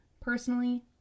personally